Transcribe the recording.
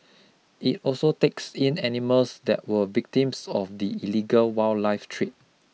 it also takes in animals that were victims of the illegal wildlife trade